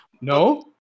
No